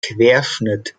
querschnitt